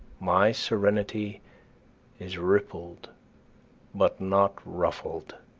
my serenity is rippled but not ruffled.